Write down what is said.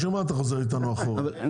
בשביל מה אתה חוזר איתנו אחורה,